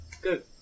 Good